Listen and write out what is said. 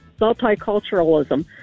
multiculturalism